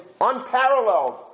unparalleled